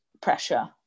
pressure